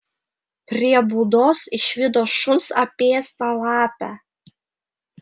prie būdos išvydo šuns apėstą lapę